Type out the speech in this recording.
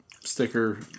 sticker